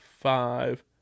five